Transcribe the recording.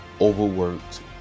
overworked